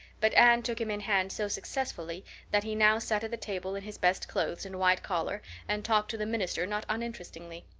but anne took him in hand so successfully that he now sat at the table in his best clothes and white collar and talked to the minister not uninterestingly.